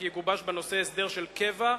כי יגובש בנושא הסדר של קבע,